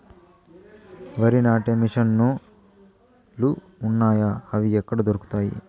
వరి నాటే మిషన్ ను లు వున్నాయా? అవి ఎక్కడ దొరుకుతాయి?